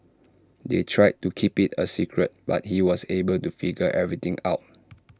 they tried to keep IT A secret but he was able to figure everything out